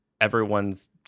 everyone's